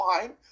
fine